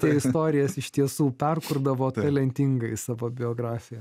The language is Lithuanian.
tai istorijas iš tiesų perkurdavo talentingai savo biografiją